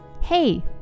hey